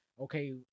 okay